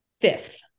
fifth